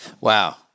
Wow